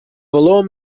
valor